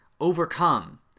overcome